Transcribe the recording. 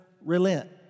relent